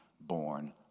born